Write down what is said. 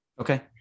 Okay